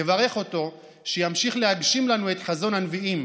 נברך אותו שימשיך להגשים לנו את חזון הנביאים